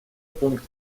пункт